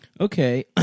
okay